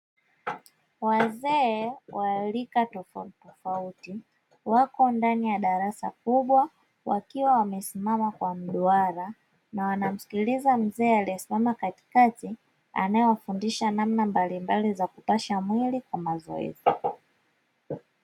Wazee wa rika tofauti tofauti wako ndani ya darasa kubwa wakiwa wamesimama kwa mduara na wanamsikiliza mzee aliyesimama katikati anaye wafundisha namna mbalimbali za kupasha mwili kwa mazoezi.